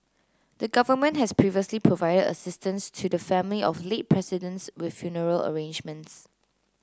the government has previously provided assistance to the family of late presidents with funeral arrangements